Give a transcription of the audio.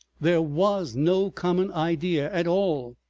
there was no common idea at all.